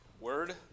word